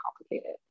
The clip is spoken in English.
complicated